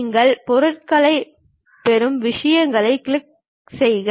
நீங்கள் பொருட்களைப் பெறும் விஷயங்களைக் கிளிக் செய்க